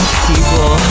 people